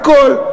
הכול.